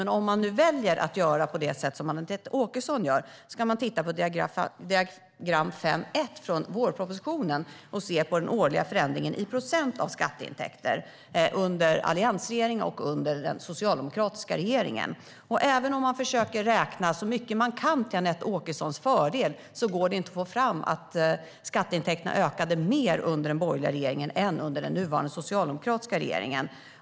Men om man nu väljer att göra som Anette Åkesson gör ska man titta på diagram 5.1 i vårpropositionen och se på den årliga förändringen i procent av skatteintäkter under alliansregeringen och under den socialdemokratiska regeringen. Även om man försöker att räkna så mycket det går till Anette Åkessons fördel går det inte att få fram att skatteintäkterna ökade mer under den borgerliga regeringen än under den nuvarande socialdemokratiska regeringen.